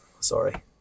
Sorry